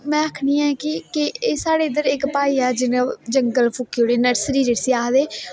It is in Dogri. में आक्खनी आं कि साढ़े इद्धर इक भाई ऐ जिन्नै जंगल फूकी ओड़ेआ नर्सरी जिसी आखदे